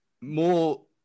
more